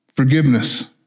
forgiveness